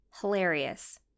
Hilarious